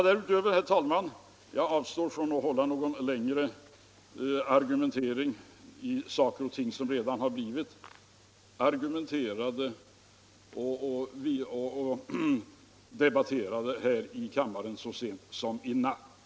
Därutöver avstår jag, herr talman, från någon längre argumentering om saker och ting som redan har blivit argumenterade och debatterade här i kammaren så sent som i natt.